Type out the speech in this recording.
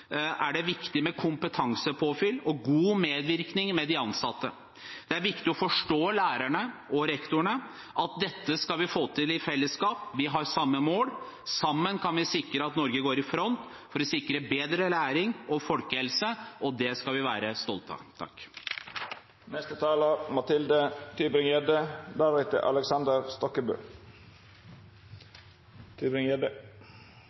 er det viktig med kompetansepåfyll og god medvirkning fra de ansatte. Det er viktig å forstå lærerne og rektorene – dette skal vi få til i fellesskap. Vi har samme mål. Sammen kan vi sikre at Norge går i front for å sikre bedre læring og folkehelse, og det skal vi være stolte av.